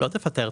לא תפטר.